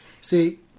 See